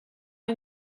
est